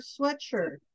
sweatshirt